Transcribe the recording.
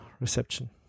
reception